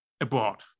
abroad